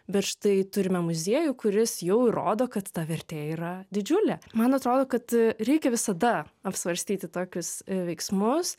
bet štai turime muziejų kuris jau rodo kad ta vertė yra didžiulė man atrodo kad reikia visada apsvarstyti tokius veiksmus